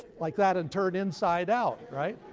like that and turn inside out. right?